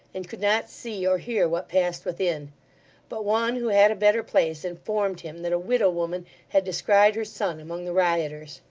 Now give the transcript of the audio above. and could not see or hear what passed within but one who had a better place, informed him that a widow woman had descried her son among the rioters.